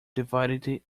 divided